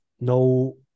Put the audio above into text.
no